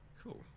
cool